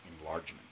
enlargement